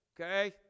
okay